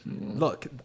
look